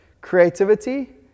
creativity